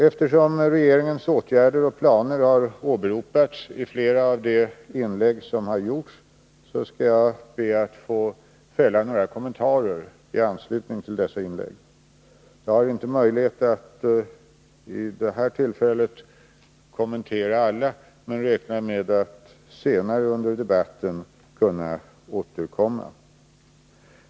Eftersom regeringens åtgärder och planer har åberopats i flera av de inlägg som har gjorts skall jag be att få fälla några kommentarer i anslutning till dessa inlägg. Jag har inte möjlighet att vid det här tillfället kommentera alla men räknar med att senare under debatten kunna återkomma.